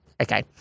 Okay